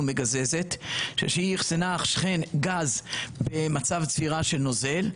מגזזת שהיא אחסנה גז במצב צבירה של נוזל,